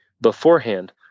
beforehand